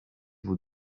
vous